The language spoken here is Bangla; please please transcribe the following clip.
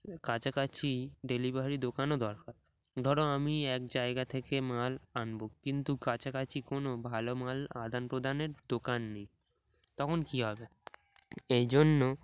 তার কাছাকাছি ডেলিভারি দোকানও দরকার ধরো আমি এক জায়গা থেকে মাল আনব কিন্তু কাছাকাছি কোনো ভালো মাল আদান প্রদানের দোকান নেই তখন কী হবে এই জন্য